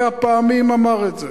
הוא מאה פעמים אמר את זה.